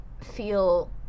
feel